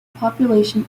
population